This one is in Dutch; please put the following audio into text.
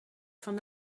van